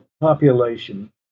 population